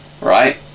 Right